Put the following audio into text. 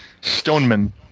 Stoneman